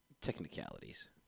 Technicalities